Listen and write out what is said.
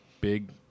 big